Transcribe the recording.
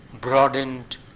broadened